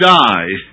die